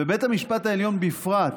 ובית המשפט העליון בפרט,